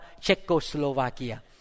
Czechoslovakia